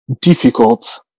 difficult